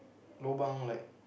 lobang like